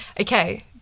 Okay